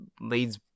leads